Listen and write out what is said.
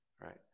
Right